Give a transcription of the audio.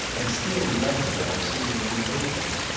and still less of our seeing any openings,